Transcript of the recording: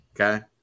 Okay